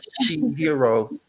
She-Hero